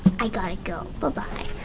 i gotta go. ba-bye.